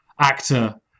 actor